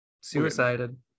Suicided